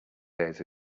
days